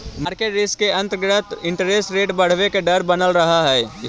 market risk के अंतर्गत interest rate बढ़वे के डर बनल रहऽ हई